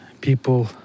people